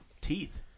teeth